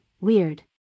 weird